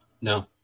No